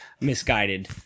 misguided